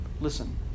Listen